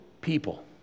people